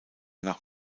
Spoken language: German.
nach